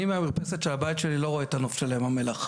אני מהמרפסת של הבית שלי לא רואה את הנוף של ים המלח,